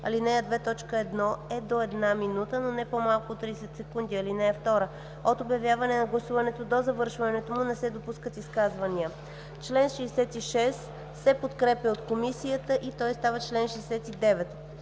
ал. 2, т. 1 е до 1 минута, но не по-малко от 30 секунди. (2) От обявяването на гласуването до завършването му не се допускат изказвания.“ Член 66 се подкрепя от Комисията и той става чл. 69.